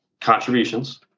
contributions